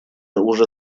уже